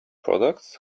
products